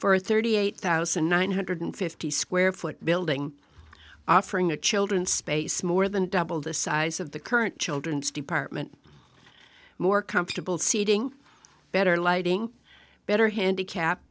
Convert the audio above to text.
a thirty eight thousand nine hundred fifty square foot building offering the children space more than double the size of the current children's department more comfortable seating better lighting better handicap